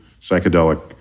psychedelic